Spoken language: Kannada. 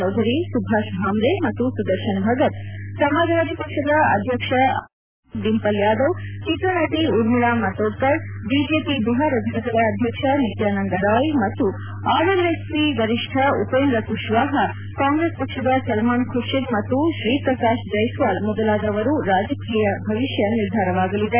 ಚೌಧರಿ ಸುಭಾಷ್ ಭಾಮ್ರೆ ಮತ್ತು ಸುದರ್ಶನ್ ಭಗತ್ ಸಮಾಜವಾದಿ ಪಕ್ಷದ ಅಧ್ಯಕ್ಷ ಅಖಿಲೇಶ್ ಯಾದವ್ ಪತ್ನಿ ಡಿಂಪಲ್ ಯಾದವ್ ಚಿತ್ರನಟಿ ಉರ್ಮಿಳಾ ಮಾತೋಂಡ್ಕರ್ ಬಿಜೆಪಿ ಬಿಹಾರ ಘಟಕದ ಅಧ್ಯಕ್ಷ ನಿತ್ಯಾನಂದ ರಾಯ್ ಮತ್ತು ಆರ್ಎಲ್ಎಸ್ಪಿ ವರಿಷ್ಣ ಉಪೇಂದ್ರ ಕುಶ್ವಾಹ ಕಾಂಗ್ರೆಸ್ ಪಕ್ಷದ ಸಲ್ಮಾನ್ ಖುರ್ಷಿದ್ ಮತ್ತು ಶ್ರೀಪ್ರಕಾಶ್ ಜೈಸ್ವಾಲ್ ಮೊದಲಾದವರ ರಾಜಕೀಯ ಭವಿಷ್ಯ ನಿರ್ಧಾರವಾಗಲಿದೆ